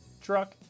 truck